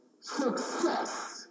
Success